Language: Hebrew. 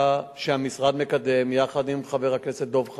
שהמשרד מקדם יחד עם חבר הכנסת דב חנין,